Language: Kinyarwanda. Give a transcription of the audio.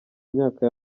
myaka